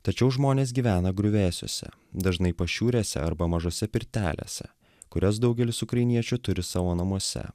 tačiau žmonės gyvena griuvėsiuose dažnai pašiūrėse arba mažose pirtelėse kurias daugelis ukrainiečių turi savo namuose